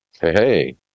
hey